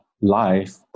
life